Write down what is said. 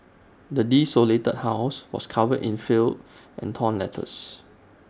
the desolated house was covered in filth and torn letters